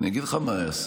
אני אגיד לך מה יעשה,